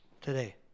today